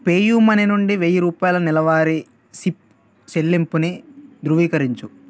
pay you money నుండి వెయ్యి రూపాయల నెలవారీ సిప్ చెల్లింపుని ధృవీకరించు